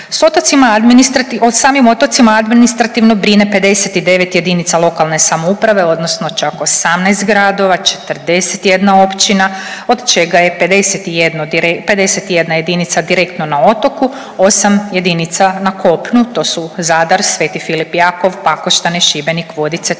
o samim otocima administrativno brine 59 JLS odnosno čak 18 gradova, 41 općina, od čega je 51 jedinica direktno na otoku, 8 jedinica na kopnu, to su Zadar, Sveti Filip i Jakov, Pakoštane, Šibenik, Vodice, Trogir,